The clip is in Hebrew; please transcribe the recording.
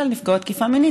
נפגעות תקיפה מינית,